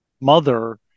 mother